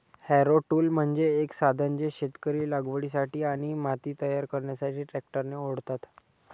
Harrow tool म्हणजे एक साधन जे शेतकरी लागवडीसाठी आणि माती तयार करण्यासाठी ट्रॅक्टरने ओढतात